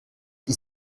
die